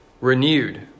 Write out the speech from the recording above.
renewed